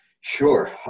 Sure